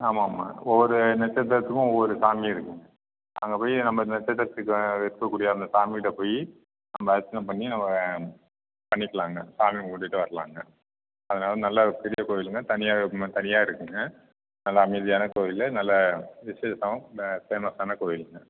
ஆமாம் ஆமாம் ஒவ்வொரு நட்சத்திரத்துக்கும் ஒவ்வொரு சாமி இருக்கும் அங்கே போய் நம்ம இந்த நட்சத்திரத்துக்கு இருக்கக்கூடிய அந்த சாமிட்ட போய் நம்ம அர்ச்சனை பண்ணி நம்ம பண்ணிக்கலாம்ங்க சாமி கும்பிட்டுட்டு வரலாங்க அதனால் நல்லா பெரிய கோவிலுங்க தனியாக தனியாக இருக்குதுங்க நல்லா அமைதியான கோவில் நல்லா விசேஷம் நல்ல ஃபேமஸான கோவிலுங்க